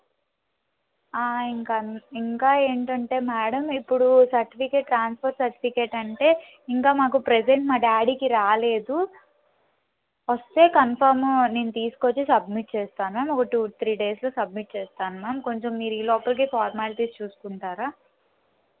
ఇంకా ఇంకా ఏంటంటే మ్యాడమ్ ఇప్పుడు సర్టిఫికేట్ ట్రాన్స్ఫర్ సర్టిఫికేట్ అంటే ఇంకా మాకు ప్రెసెంట్ మా డాడీకి రాలేదు వస్తే కన్ఫమ్ నేను తీసుకు వచ్చి సబ్మిట్ చేస్తాను ఒక టూ త్రీ డేస్లో సబ్మిట్ చేస్తాను మ్యామ్ కొంచెం మీరు ఈ లోపల మీ ఫార్మాలిటీస్ చూసుకుంటారా